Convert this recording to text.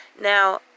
Now